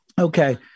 Okay